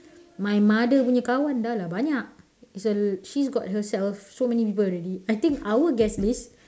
my mother punya kawan dahlah banyak it's a l~ she's got herself so many people already I think our guest list